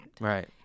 Right